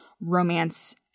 romance